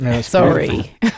Sorry